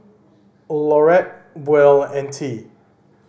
Laurette Buell and Tea